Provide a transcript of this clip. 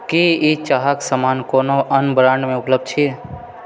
की ई चाहक समान कोनो आन ब्रांडमे उपलब्ध छी